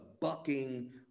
bucking